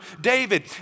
David